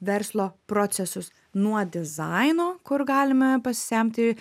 verslo procesus nuo dizaino kur galime pasisemti